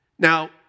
Now